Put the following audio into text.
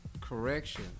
Correction